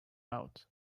out